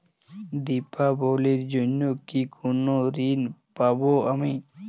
দীপাবলির জন্য কি কোনো ঋণ পাবো আমি?